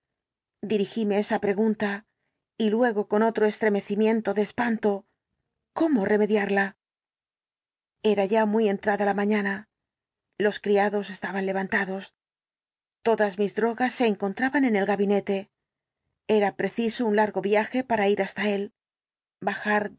transformación dirigíme esa pregunta y luego con otro estremecimiento de espanto cómo remediarla era ya muy entrada la mañana los criados estaban levantados todas mis drogas se encontraban en el gabinete era preciso un largo viaje para ir hasta él bajar